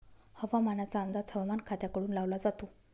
हवामानाचा अंदाज हवामान खात्याकडून लावला जातो